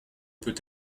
peut